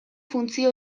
funtzio